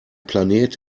planet